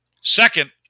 Second